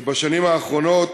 שבשנים האחרונות